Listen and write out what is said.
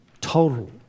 total